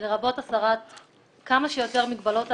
לרבות הסרת כמה שיותר מגבלות תעסוקתיות,